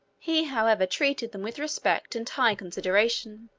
he, however, treated them with respect and high consideration.